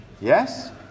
Yes